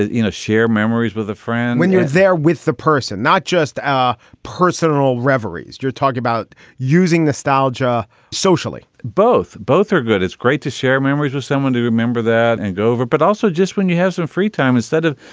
you know, share memories with a friend when you're there with the person not just our personal reveries. you're talking about using the style socially, both both are good. it's great to share memories with someone to remember that and go over. but also just when you have some free time instead of,